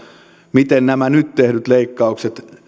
miten nämä nyt tehdyt leikkaukset